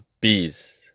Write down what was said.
bees